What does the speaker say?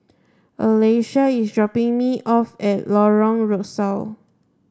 Alesha is dropping me off at Lorong Rusuk